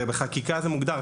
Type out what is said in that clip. בחקיקה זה מוגדר,